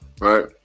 right